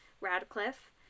Radcliffe